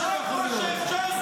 רק מה שאפשר,